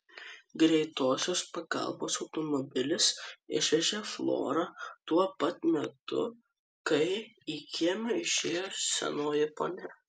greitosios pagalbos automobilis išvežė florą tuo pat metu kai į kiemą išėjo senoji ponia